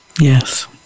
yes